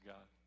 God